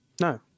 No